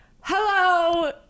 hello